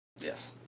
Yes